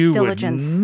diligence